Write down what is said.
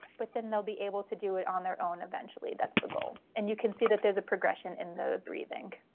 but then they'll be able to do it on their own eventually. that's the goal and you can see that there's a progression in the breathing.